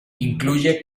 incluye